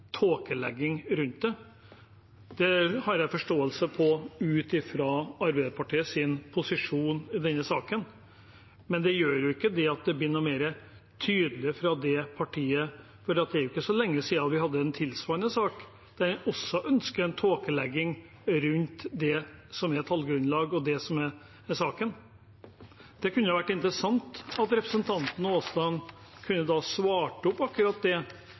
det, det har jeg forståelse for, ut fra Arbeiderpartiets posisjon i denne saken, men det gjør jo ikke at det blir noe mer tydelig fra det partiet. Det er ikke så lenge siden vi hadde en tilsvarende sak, der en også ønsket en tåkelegging rundt det som er tallgrunnlaget, og det som er saken. Det hadde vært interessant om representanten Aasland kunne svart på akkurat dette: Går han fortsatt og tror at det